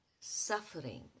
suffering